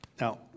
Now